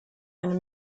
eine